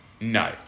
No